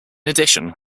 addition